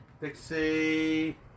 Dixie